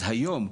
אז היום,